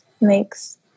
makes